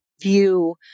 view